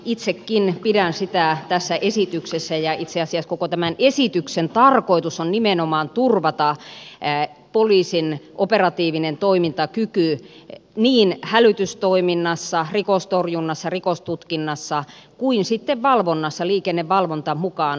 itsekin pidän sitä tärkeänä tässä esityksessä ja itse asiassa koko tämän esityksen tarkoitus on nimenomaan turvata poliisin operatiivinen toimintakyky niin hälytystoiminnassa rikostorjunnassa rikostutkinnassa kuin sitten valvonnassa liikennevalvonta mukaan lukien